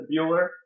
Bueller